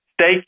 stay